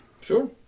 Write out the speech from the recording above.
Sure